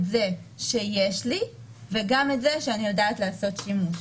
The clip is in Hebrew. זה שיש לי וגם את זה שאני יודעת לעשות שימוש.